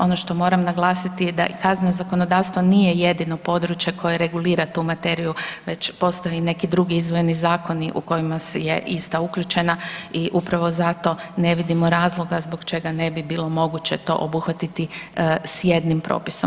Ono što moram naglasiti da kazneno zakonodavstvo nije jedino područje koje regulira tu materiju već postoje neki drugi izdvojeni zakoni u kojima je ista uključena i upravo zato ne vidimo razloga zbog čega ne bi bilo moguće to obuhvatiti s jednim propisom.